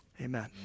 Amen